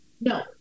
No